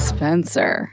Spencer